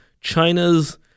China's